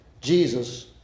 Jesus